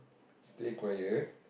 stay quiet